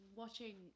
watching